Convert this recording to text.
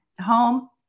home